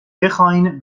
بخواین